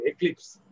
Eclipse